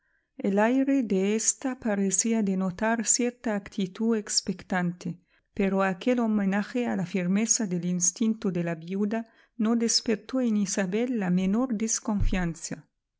el aire de ésta parecía denotar cierta actitud expectante pero aquel homenaje a la firmeza del instinto de la viuda no despertó en isabel la menor desconfianza